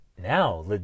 now